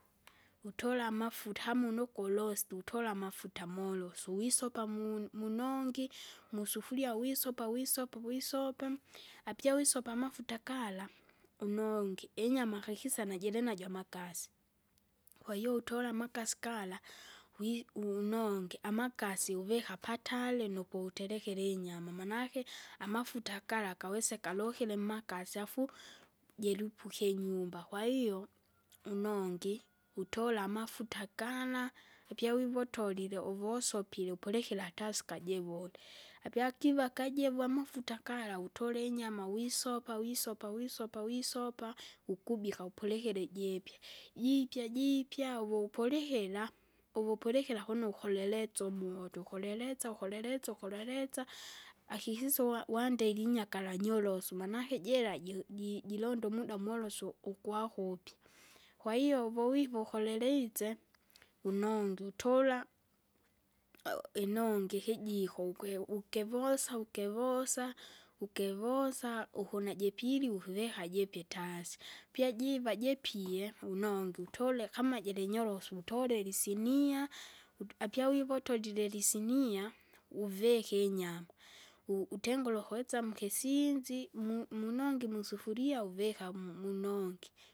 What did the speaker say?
Utola amafuta hamuna ukurosti, utola amafuta molosu, uwisopa mu- munongi, musufuria wisopa wisopa wisopa. Apyawisopa amafuta gala, unongi inyama kakisa najilinajo amakasi, kwahiyo utola amakasi gala, wi- unongi amakasi uvika patari nukuterekera inyama. Manake amafuta gala kaweseka lokire mmakasi afu, jilupuke inyumba kwahiyo. Unongi, utola amafuta gala, apya wivo utolile uvosopile upulikira tasi kajivule, apya akiva mafuta gala utole inyama wisopa wisopa wisopa wisopa, ukubika upulikile jiipye, jiipya jiipya uvupulikira, uvupulikira kunu ukuleletsa umoto, ukoleletsa ukoleletsa ukoleletsa, akisisa uwa- uwandeli inyakara nyorosu manake jera joji jilonda molosu ukwakupya. Kwahiyo uvovivo ukolelitse, unongi utola, inongi ikijiko ukwe ukivosa ukivosa, ukivosa ukuna jipili ukuvika jipye tasi, pyajiva jipie unongi utole kama jirinyorosu, utolele isinia, utu- apyawivo utolile lisinia, uvike inyama, u- utengure ukuwesa mukisinzi mu- munongi musufuria uvika mu- munongi.